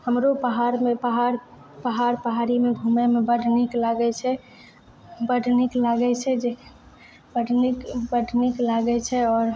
हमरो पहाड़मे पहाड़ पहाड़ पहाड़ीमे घुमैमे बड नीक लागै छै बड नीक लागै छै बड नीक बड नीक लागै छै आओर